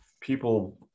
people